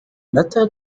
متى